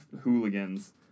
hooligans